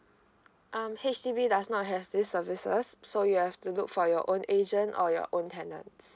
um H_D_B does not have this services so you have to look for your own asian or your own tenant